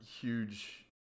huge